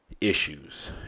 issues